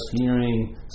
hearing